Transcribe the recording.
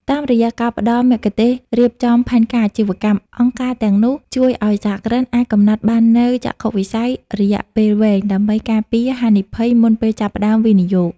តាមរយៈការផ្ដល់មគ្គុទ្ទេសក៍រៀបចំផែនការអាជីវកម្ម អង្គការទាំងនោះជួយឱ្យសហគ្រិនអាចកំណត់បាននូវចក្ខុវិស័យរយៈពេលវែង ដើម្បីការពារហានិភ័យមុនពេលចាប់ផ្ដើមវិនិយោគ។